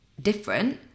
different